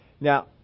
Now